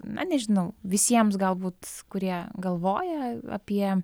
na nežinau visiems galbūt kurie galvoja apie